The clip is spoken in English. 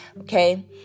Okay